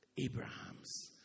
abraham's